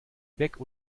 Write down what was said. weg